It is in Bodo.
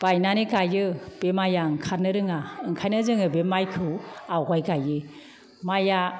बायनानै गाइयो बे माइया ओंखारनो रोङा ओंखायनो जोङो बे माइखौ आवगाय गाइयो माइया